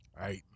right